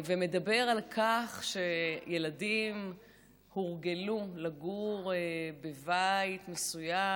ומדבר על כך שילדים הורגלו לגור בבית מסוים,